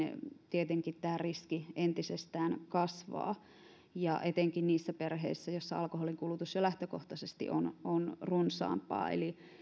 tietenkin tämä riski entisestään kasvaa etenkin niissä perheissä joissa alkoholinkulutus jo lähtökohtaisesti on on runsaampaa eli